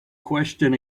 question